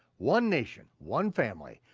one nation, one family,